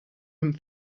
him